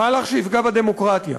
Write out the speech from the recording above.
מהלך שיפגע בדמוקרטיה.